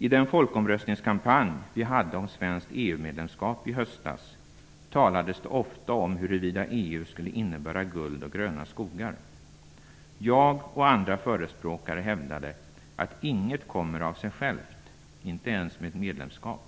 medlemskap som vi bedrev i höstas talades det ofta om huruvida EU skulle innebära guld och gröna skogar. Jag och andra förespråkare hävdade att inget kommer av sig självt, inte ens med ett medlemskap.